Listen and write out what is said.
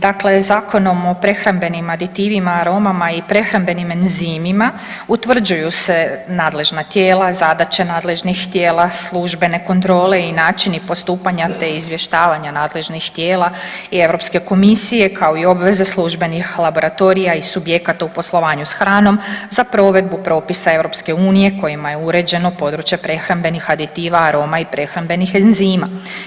Dakle, Zakonom o prehrambenim aditivima, aromama i prehrambenim enzimima utvrđuju se nadležna tijela, zadaće nadležnih tijela, službene kontrole i načini postupanja te izvještavanja nadležnih tijela i Europske komisije kao i obveze službenih laboratorija i subjekata u poslovanju s hranom, za provedbu propisa EU kojima je uređeno područje prehrambenih aditiva, aroma i prehrambenih enzima.